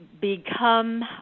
become